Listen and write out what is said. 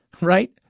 Right